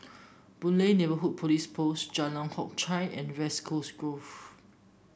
Boon Lay Neighbourhood Police Post Jalan Hock Chye and West Coast Grove